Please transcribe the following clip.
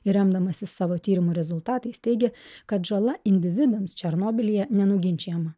ir remdamasis savo tyrimų rezultatais teigia kad žala individams černobylyje nenuginčijama